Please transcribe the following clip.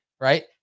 Right